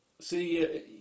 See